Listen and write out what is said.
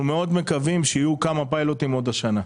אנחנו מקווים שיהיו כמה פיילוטים עוד השנה.